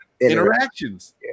interactions